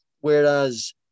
whereas